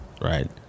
Right